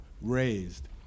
raised